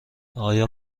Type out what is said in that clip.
آیا